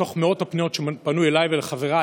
מתוך מאות הפניות שפנו אליי ולחבריי,